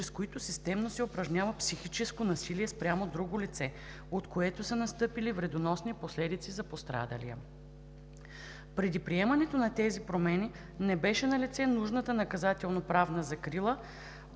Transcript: които системно се упражнява психическо насилие спрямо друго лице, от което са настъпили вредоносни последици за пострадалия. Преди приемането на тези промени не беше налице нужната наказателно-правна закрива